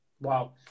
Wow